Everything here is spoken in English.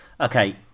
Okay